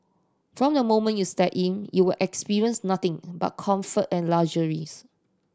from the moment you step in you will experience nothing but comfort and luxuries